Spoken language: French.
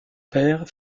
père